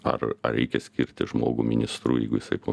ar ar reikia skirti žmogų ministru jeigu jisai po